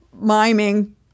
miming